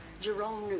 Jerome